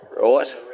right